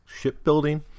shipbuilding